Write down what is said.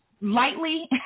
lightly